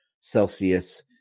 Celsius